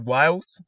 Wales